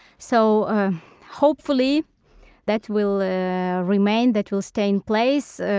so ah hopefully that will remain, that will stay in place.